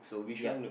yup